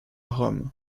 rome